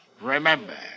Remember